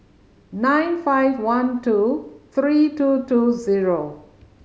nine five one two three two two zero